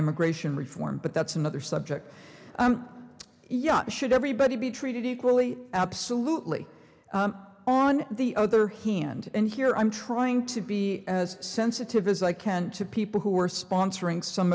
immigration reform but that's another subject yet should everybody be treated equally absolutely on the other hand and here i'm trying to be as sensitive as i can to people who are sponsoring some